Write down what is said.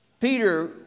Peter